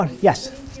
yes